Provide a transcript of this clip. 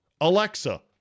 Alexa